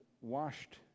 washed